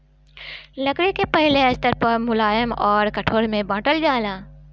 लकड़ी के पहिले स्तर पअ मुलायम अउर कठोर में बांटल जाला